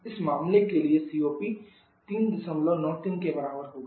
इस मामले के लिए सीओपी 393 के बराबर होगा